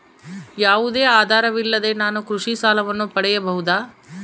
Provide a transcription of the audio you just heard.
ಯಾವುದೇ ಆಧಾರವಿಲ್ಲದೆ ನಾನು ಕೃಷಿ ಸಾಲವನ್ನು ಪಡೆಯಬಹುದಾ?